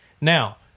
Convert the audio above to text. now